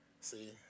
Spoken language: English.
see